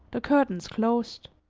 the curtains closed.